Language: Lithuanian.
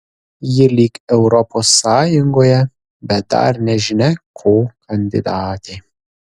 ji lyg europos sąjungoje bet dar nežinia ko kandidatė